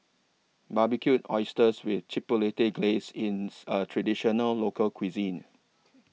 Barbecued Oysters with Chipotle Glaze Ins A Traditional Local Cuisine